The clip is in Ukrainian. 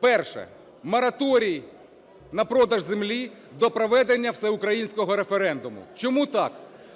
Перше. Мораторій на продаж землі до проведення всеукраїнського референдуму. Чому так?